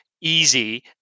easy